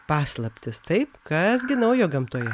paslaptis tai kas gi naujo gamtoje